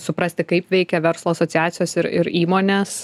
suprasti kaip veikia verslo asociacijos ir ir įmonės